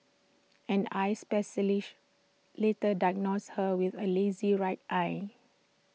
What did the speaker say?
an eye specialist later diagnosed her with A lazy right eye